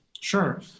Sure